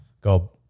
go